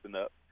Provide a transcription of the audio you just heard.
up